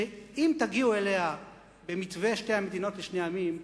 אם תגיעו אליה במתווה שתי המדינות לשני העמים,